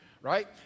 Right